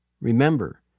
Remember